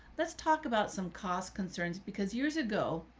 let's talk about some cost concerns because years ago,